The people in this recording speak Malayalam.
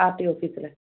ആർ ടി ഓഫീസിൽ